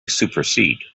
supersede